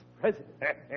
president